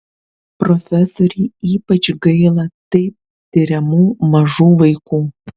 profesorei ypač gaila taip tiriamų mažų vaikų